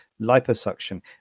liposuction